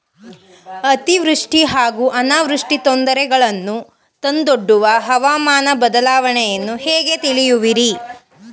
ಅತಿವೃಷ್ಟಿ ಹಾಗೂ ಅನಾವೃಷ್ಟಿ ತೊಂದರೆಗಳನ್ನು ತಂದೊಡ್ಡುವ ಹವಾಮಾನ ಬದಲಾವಣೆಯನ್ನು ಹೇಗೆ ತಿಳಿಯುವಿರಿ?